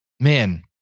Man